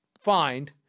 find